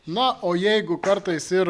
na o jeigu kartais ir